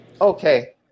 Okay